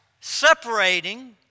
separating